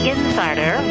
Insider